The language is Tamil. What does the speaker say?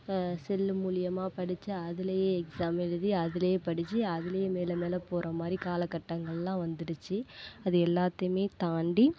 செல்லு மூலியமாக படித்து அதிலேயே எக்ஸாம் எழுதி அதிலேயே படித்து அதிலேயே மேலே மேலே போகிற மாதிரி காலக்கட்டங்களெலாம் வந்துருச்சு அது எல்லாத்தையுமே தாண்டி